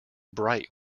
bright